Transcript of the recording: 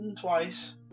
twice